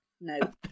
No